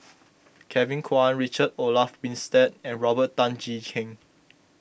Kevin Kwan Richard Olaf Winstedt and Robert Tan Jee Keng